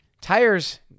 tires